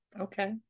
Okay